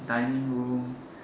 dining room